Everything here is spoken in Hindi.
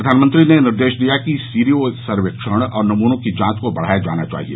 प्रधानमंत्री ने निर्देश दिया कि सीरो सर्वेक्षण और नमूनों की जांच को बढाया जाना चाहिए